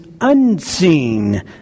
unseen